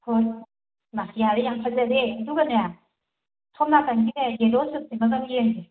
ꯎꯝ ꯍꯣꯏ ꯍꯩꯃꯥ ꯌꯥꯔꯦ ꯌꯥꯝ ꯐꯖꯔꯦ ꯑꯗꯨꯒꯅꯦ ꯁꯣꯝ ꯅꯥꯀꯟꯒꯤꯅꯦ ꯌꯦꯜꯂꯣ ꯁꯨꯠꯁꯤꯃꯒꯁꯨ ꯌꯦꯡꯁꯦ